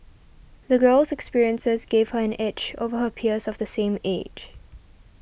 the girl's experiences gave her an edge over her peers of the same age